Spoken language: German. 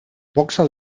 boxer